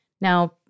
Now